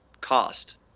cost